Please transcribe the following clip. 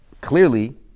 Clearly